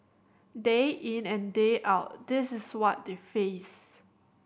day in and day out this is what they face